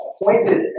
appointed